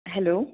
hello